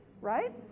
right